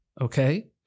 Okay